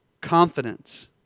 Confidence